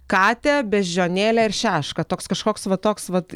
katę beždžionėlę ir šešką toks kažkoks va toks vat